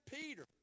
Peter